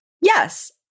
Yes